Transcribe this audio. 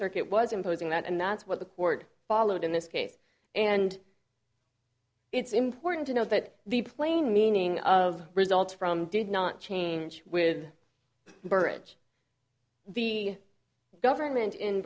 circuit was imposing that and that's what the court followed in this case and it's important to note that the plain meaning of results from did not change with burrage the government in